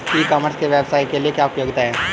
ई commerce के व्यवसाय के लिए क्या उपयोगिता है?